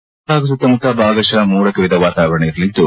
ಬೆಂಗಳೂರು ಹಾಗೂ ಸುತ್ತಮುತ್ತ ಭಾಗಶಃ ಮೋಡ ಕವಿದ ವಾತಾವರಣ ಇರಲಿದ್ದು